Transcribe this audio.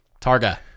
Targa